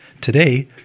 Today